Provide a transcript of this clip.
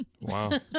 Wow